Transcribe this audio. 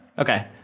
Okay